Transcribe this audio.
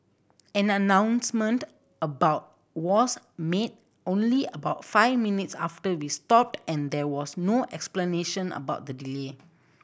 an announcement about was made only about five minutes after we stopped and there was no explanation about the delay